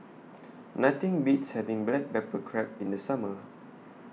Nothing Beats having Black Pepper Crab in The Summer